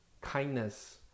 kindness